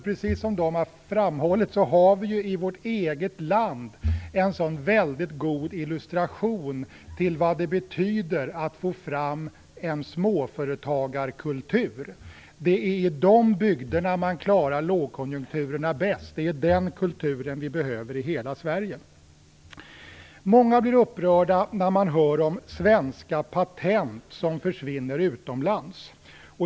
Precis som de har framhållit har vi ju i vårt eget land en sådan väldigt god illustration av vad det betyder att få fram en småföretagarkultur. Det är i de bygderna man klarar lågkonjunkturerna bäst. Det är den kulturen vi behöver i hela Sverige. Många blir upprörda när de hör om svenska patent som försvinner utomlands.